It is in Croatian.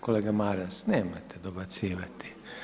Kolega Maras nemojte dobacivati!